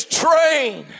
train